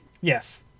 yes